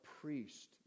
priest